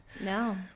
no